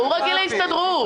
הוא רגיל להסתדרות.